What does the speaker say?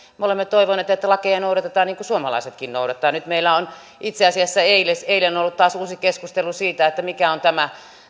me olemme toivoneet että lakeja noudatetaan niin kuin suomalaisetkin noudattavat nyt meillä on itse asiassa eilen eilen ollut taas uusi keskustelu siitä mikä on tämä